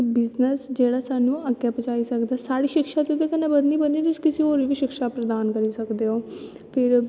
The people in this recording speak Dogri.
इक बिजनस जेह्ड़ा साह्नू अग्गैं पजाई सकदा साढ़ी शिक्षा ते बदनी गै बदनी किसे होर गी बी शिक्षा प्रधान करी सकदे ओ फिर